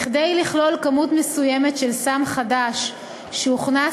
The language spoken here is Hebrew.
כדי לכלול כמות מסוימת של סם חדש שהוכנס